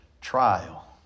trial